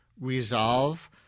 resolve